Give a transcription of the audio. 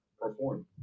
perform